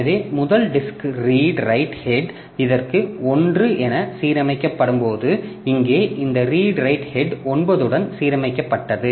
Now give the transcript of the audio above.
எனவே முதல் disk read write head இதற்கு 1 என சீரமைக்கப்பட்டபோது இங்கே இந்த ரீடு ரைட் ஹெட் 9 உடன் சீரமைக்கப்பட்டது